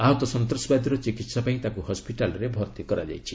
ଆହତ ସନ୍ତାସବାଦୀର ଚିକିହା ପାଇଁ ତାକୁ ହସ୍କିଟାଲ୍ରେ ଭର୍ତ୍ତି କରାଯାଇଛି